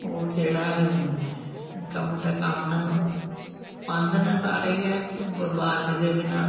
होर जेह्ड़ा नि'क्का मुट्टा कम्म ना ओह् बंद न सारे गै बारश दे बिना